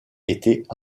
étaient